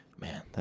Man